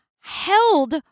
held